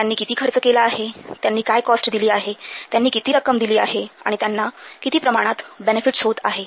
त्यांनी किती खर्च केला आहे त्यांनी काय कॉस्ट दिली आहे त्यांनी किती रक्कम दिली आहे आणि त्यांना कितीप्रमाणात बेनेफिट्स होत आहे